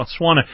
Botswana